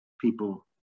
people